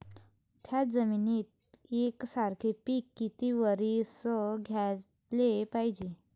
थ्याच जमिनीत यकसारखे पिकं किती वरसं घ्याले पायजे?